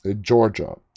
Georgia